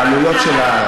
בעלויות של,